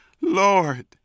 Lord